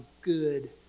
good